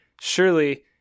Surely